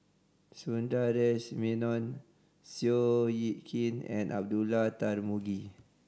Sundaresh Menon Seow Yit Kin and Abdullah Tarmugi